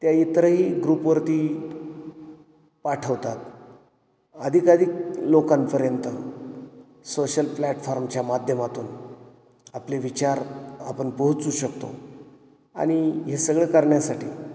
त्या इतरही ग्रुपवरती पाठवतात आधिकधिक लोकांपर्यंत सोशल प्लॅटफॉर्मच्या माध्यमातून आपले विचार आपण पोहोचू शकतो आणि हे सगळं करण्यासाठी